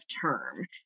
term